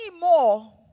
more